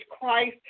Christ